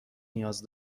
نیاز